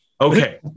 Okay